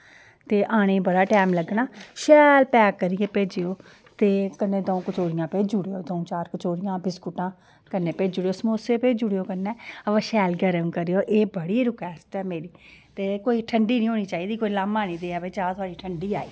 ते आने गी बड़ा टैम लगना शैल पैक करियै भेजेयो ते कन्नै द'ऊं कचोरिया भेजी ओड़ेयो द'ऊं चार कचोरियां बिस्कुटां कन्नै भेजी ओड़ेयो समोसो भेजी ओड़ेयो कन्नै अवा शैल गरम करयो एह् बड़ी रिक्वेसट ऐ मेरी ते कोई ठंडी निं होनी चाहिदी कोई लाह्मा ननिं देऐ कि चाह् थोआड़ी ठंडी आई